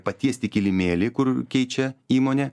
patiesti kilimėlį kur keičia įmonė